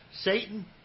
Satan